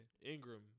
Ingram